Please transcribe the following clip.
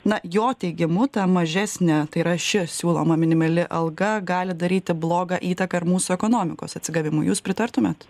na jo teigimu ta mažesnė tai yra ši siūloma minimali alga gali daryti blogą įtaką ir mūsų ekonomikos atsigavimui jūs pritartumėt